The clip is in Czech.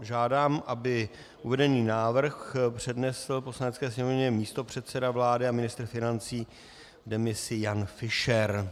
Žádám, aby uvedený návrh přednesl Poslanecké sněmovně místopředseda vlády a ministr financí v demisi Jan Fischer.